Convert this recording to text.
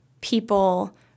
people